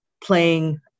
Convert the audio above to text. playing